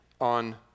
on